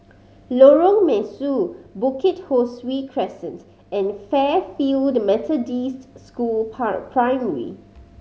Lorong Mesu Bukit Ho Swee Crescent and Fairfield Methodist School Primary